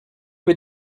peu